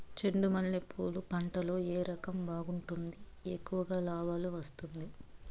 చెండు మల్లె పూలు పంట లో ఏ రకం బాగుంటుంది, ఎక్కువగా లాభాలు వస్తుంది?